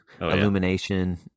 Illumination